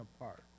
apart